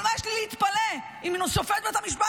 אבל מה יש לי להתפלא אם שופט בית המשפט